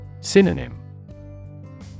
Synonym